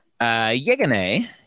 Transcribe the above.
Yegane